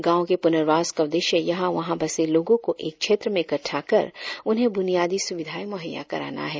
गांव के पुनर्वास का उद्देश्य यहाँ वहाँ बसे लोगों को एक क्षेत्र में इकट्टा कर उन्हें बुनियादी सुविधाएं मुहैया कराना है